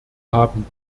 haben